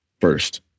first